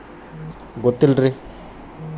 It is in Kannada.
ಹತ್ತಿ ಕಟಾವು ಮಾಡುವ ಮಿಷನ್ ಇದೆಯೇ ಅದರ ಬೆಲೆ ಎಷ್ಟು?